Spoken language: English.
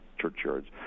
churchyards